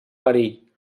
perill